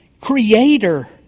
creator